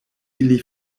ili